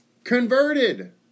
Converted